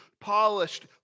polished